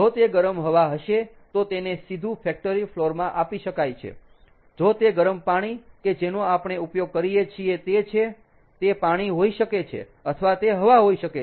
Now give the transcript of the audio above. જો તે ગરમ હવા હશે તો તેને સીધું ફેક્ટરી ફ્લોર માં આપી શકાય છે જો તે ગરમ પાણી કે જેનો આપણે ઉપયોગ કરીયે છીએ તે છે તે પાણી હોઈ શકે છે અથવા તે હવા હોઈ શકે છે